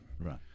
Right